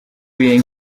ibihe